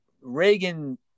Reagan